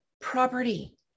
property